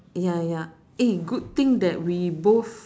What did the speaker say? ya ya eh good thing that we both